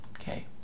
Okay